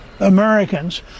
americans